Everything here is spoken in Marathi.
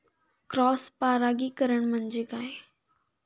क्रॉस परागीकरण म्हणजे काय?